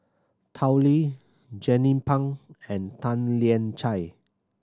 Tao Li Jernnine Pang and Tan Lian Chye